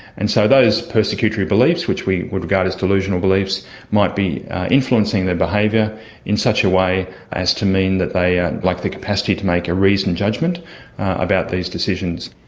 and so those persecutory beliefs, which we would regard as delusional beliefs might be influencing their behaviour in such a way as to mean that they ah lack the capacity to make a reasoned judgment about these decisions.